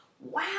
wow